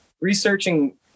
researching